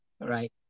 right